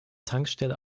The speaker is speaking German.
tankstelle